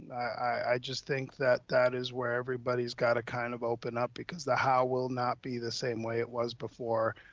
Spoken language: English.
i just think that that is where everybody's got to kind of open up because the how will not be the same way it was before,